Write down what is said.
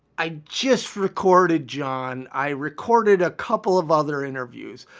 i just recorded john. i recorded a couple of other interviews.